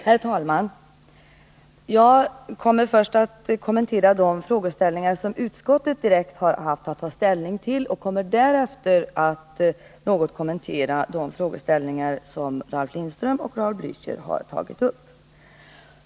Herr talman! Jag skall först kommentera de frågeställningar som utskottet direkt har haft att ta ställning till. Därefter kommer jag att något kommentera de frågeställningar som Ralf Lindström och Raul Blächer har tagit upp.